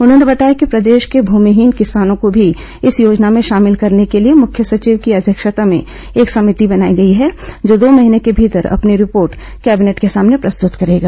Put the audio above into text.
उन्होंने बताया कि प्रदेश के भुमिहीन किसानों को भी इस योजना में शामिल करने के लिए मुख्य सचिव अध्यक्षता में एक समिति बनाई गई है जो दो महीने के भीतर अपनी रिपोर्ट कैबिनेट के सामने प्रस्तुत की करेगी